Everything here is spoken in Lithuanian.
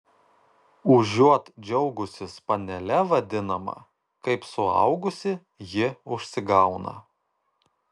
užuot džiaugusis panele vadinama kaip suaugusi ji užsigauna